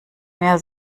mehr